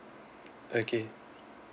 okay